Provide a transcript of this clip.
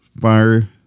fire